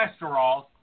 cholesterol